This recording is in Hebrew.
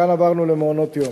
כאן עברנו למעונות יום,